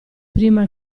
prima